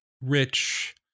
Rich